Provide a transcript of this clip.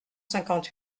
cinquante